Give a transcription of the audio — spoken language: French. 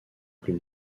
plus